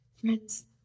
friends